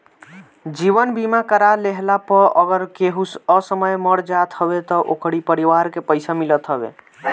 जीवन बीमा करा लेहला पअ अगर केहू असमय मर जात हवे तअ ओकरी परिवार के पइसा मिलत हवे